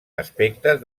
aspectes